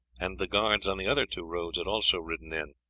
and the guards on the other two roads had also ridden in.